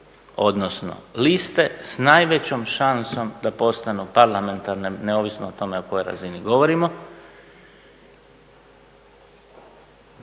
odnosno liste s najvećom šansom da postanu parlamentarne, neovisno o tome o kojoj razini govorimo,